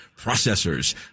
processors